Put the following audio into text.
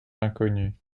inconnues